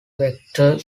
vector